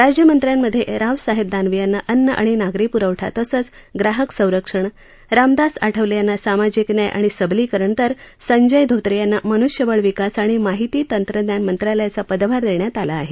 राज्यमंत्र्यांमधे रावसाहेब दानवे यांना अन्न आणि नागरी पूरवठा तसंच ग्राहक संरक्षण रामदास आठवले यांना सामाजिक न्याय आणि सबलीकरण तर संजय धोत्रे यांना मनृष्यबळ विकास आणि माहिती तंत्रज्ञान मंत्रालयाचा पदभार देण्यात आला आहे